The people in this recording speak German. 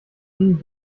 hingen